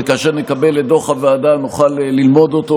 וכאשר נקבל את דוח הוועדה נוכל ללמוד אותו.